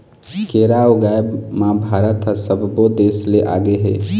केरा ऊगाए म भारत ह सब्बो देस ले आगे हे